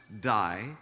die